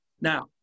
Now